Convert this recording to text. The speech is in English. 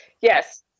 Yes